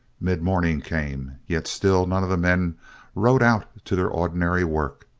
mid-morning came, yet still none of the men rode out to their ordinary work.